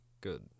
good